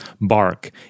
bark